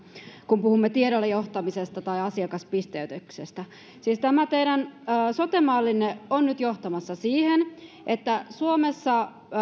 kun puhumme tiedolla johtamisesta tai asiakaspisteytyksestä siis tämä teidän sote mallinne on nyt johtamassa siihen että suomessa